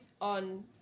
on